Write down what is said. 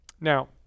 Now